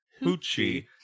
hoochie